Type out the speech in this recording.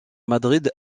madrid